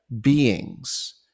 beings